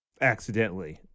accidentally